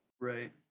Right